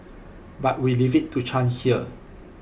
but we leave IT to chance here